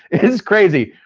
it's crazy.